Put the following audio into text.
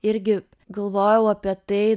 irgi galvojau apie tai